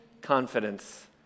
confidence